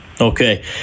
Okay